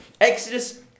Exodus